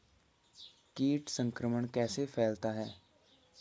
कीट संक्रमण कैसे फैलता है?